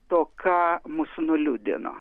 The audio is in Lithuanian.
to ką mus nuliūdino